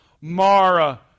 Mara